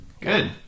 Good